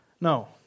No